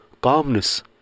calmness